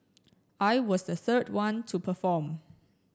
I was the third one to perform